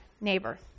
neighbor